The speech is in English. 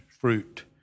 fruit